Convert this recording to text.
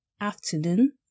afternoon